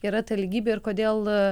yra ta lygybė ir kodėl